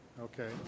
Okay